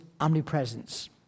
omnipresence